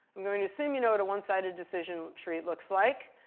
i'm going to assume you know what a one-sided decision tree looks like.